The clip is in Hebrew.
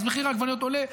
אז מחיר העגבניות עולה,